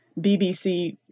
BBC